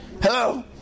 Hello